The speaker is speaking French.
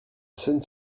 scène